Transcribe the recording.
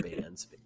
bands